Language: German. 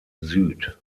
süd